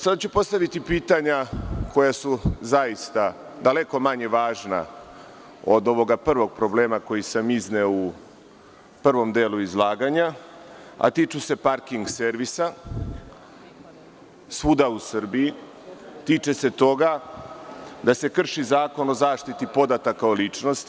Sada ću postaviti pitanja koja su zaista daleko manje važna od ovog prvog problema koji sam izneo u prvom delu izlaganja, a tiču se parking servisa svuda u Srbiji, tiče se toga da se krši Zakon o zaštiti podataka o ličnosti.